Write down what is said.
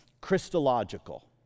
Christological